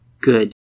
good